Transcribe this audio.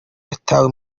yatawe